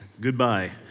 goodbye